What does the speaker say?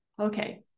okay